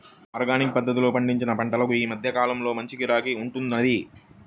organic పద్ధతిలో పండించిన పంటలకు ఈ మధ్య కాలంలో మంచి గిరాకీ ఉంటున్నది